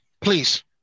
Please